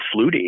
Flutie